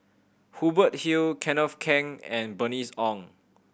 Hubert Hill Kenneth Keng and Bernice Ong